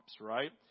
right